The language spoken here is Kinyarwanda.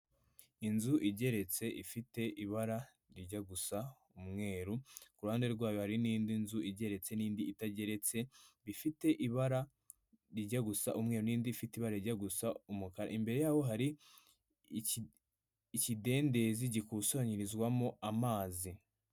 Inzu igeretse ifite ibara rijya gusa umweru, ku ruhande rwayo hari n'indi nzu igeretse n'indi itageretse ifite ibara rijya gusa umwe n'indi ifite ibara rijya gusa umukara, imbere yaho hari ikidendezi gikusanyirizwamo amazi.